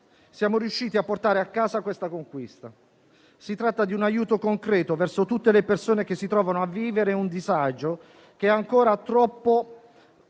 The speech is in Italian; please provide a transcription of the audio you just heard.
siamo riusciti a portare a casa questa conquista. Si tratta di un aiuto concreto verso tutte le persone che si trovano a vivere un disagio che è ancora troppo